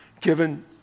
given